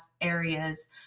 areas